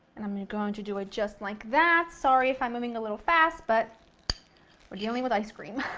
and i'm going going to do it just like that, sorry if i'm moving a little fast, but we're dealing with ice cream.